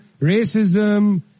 racism